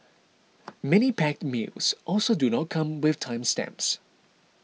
many packed meals also do not come with time stamps